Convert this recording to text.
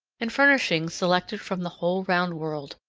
and furnishings selected from the whole round world.